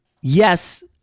yes